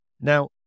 Now